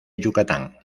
yucatán